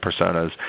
personas